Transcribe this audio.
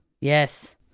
Yes